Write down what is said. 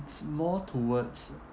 it's more towards